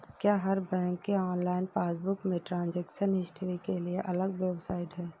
क्या हर बैंक के ऑनलाइन पासबुक में ट्रांजेक्शन हिस्ट्री के लिए अलग वेबसाइट है?